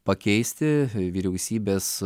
pakeisti vyriausybės